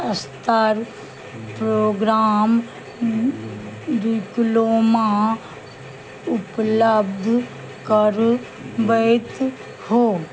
अस्तरके programme diploma उपलब्ध करबैत हो